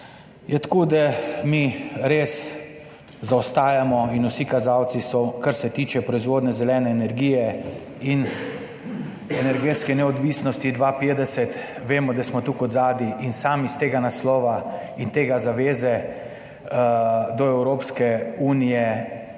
je tako, da mi res zaostajamo in vsi kazalci so, kar se tiče proizvodnje zelene energije in energetske neodvisnosti 2050 vemo, da smo tukaj od zadaj in sam iz tega naslova in tega zaveze do Evropske unije iz